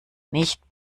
nicht